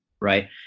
right